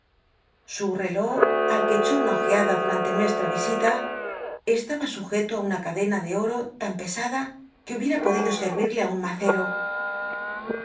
su tcló al que echó una ojeada dutanle nuestra visita estaba sujelo ti una cadena de ot'o tan pesada que hubiera podido servirle á un macero